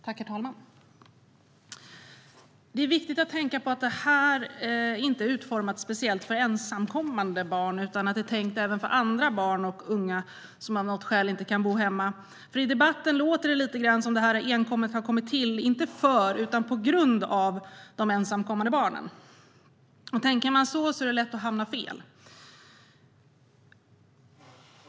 Herr talman! Det är viktigt att tänka på att förslaget inte är utformat speciellt för ensamkommande barn utan är tänkt även för andra barn och unga som av något skäl inte kan bo i hemmet. I debatten låter det som om förslaget enkom kommit till inte för utan på grund av de ensamkommande barnen. Tänker man så är det lätt att hamna fel.